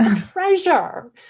treasure